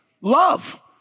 Love